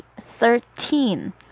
Thirteen